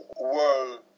world